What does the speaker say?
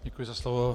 Děkuji za slovo.